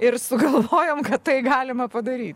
ir sugalvojom kad tai galima padaryt